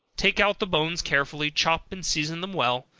take out the bones carefully, chop and season them well,